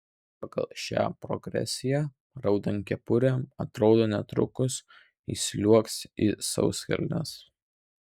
pagal šią progresiją raudonkepurė atrodo netrukus įsliuogs į sauskelnes